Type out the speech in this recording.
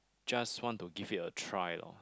just want to give it a try lor